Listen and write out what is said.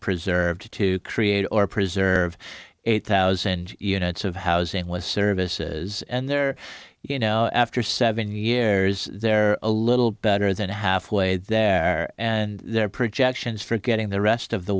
preserved to create or preserve eight thousand units of housing with services and they're you know after seven years they're a little better than halfway there and their projections for getting the rest of the